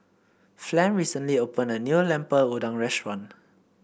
Flem recently opened a new Lemper Udang Restaurant